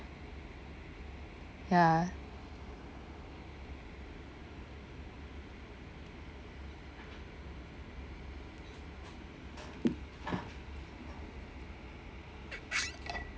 ya